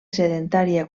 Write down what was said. sedentària